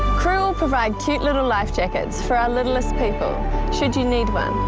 crew will provide cute little life jackets for our littlest people should you need one.